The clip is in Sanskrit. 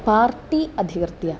पार्टी अधिकृत्य